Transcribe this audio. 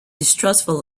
distrustful